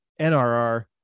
NRR